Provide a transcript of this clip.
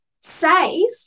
Safe